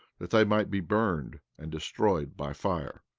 that they might be burned and destroyed by fire.